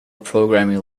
programming